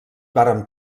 varen